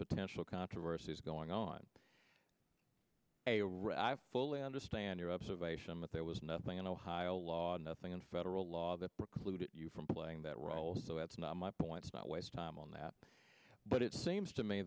potential controversies going on a rat i fully understand your observation that there was nothing in ohio law and nothing in federal law that preclude you from playing that role so that's not my point is not waste time on that but it seems to me